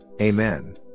Amen